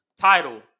title